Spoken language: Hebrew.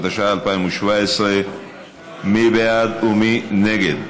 התשע"ח 2017. מי בעד ומי נגד?